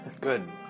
Good